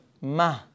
ma